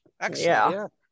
Excellent